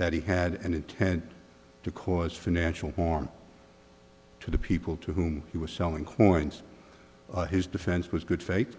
that he had an intent to cause financial form to the people to whom he was selling coins his defense was good faith